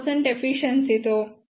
2 efficiency తో 1